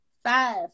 Five